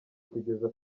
kugeza